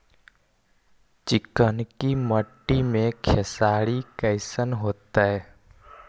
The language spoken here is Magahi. चिकनकी मट्टी मे खेसारी कैसन होतै?